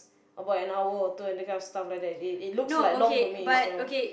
about an hour or two and the kind of stuff like that they they looks like long to me so